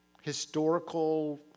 historical